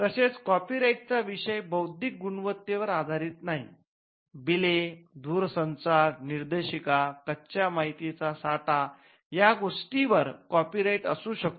तसेच कॉपीराइटचा विषय बौद्धिक गुणवत्तेवर आधारित नाही बिले दूरसंचार निर्देशिका कच्या माहितीचा साठा या गोष्टींवर कॉपीराइट असू शकतो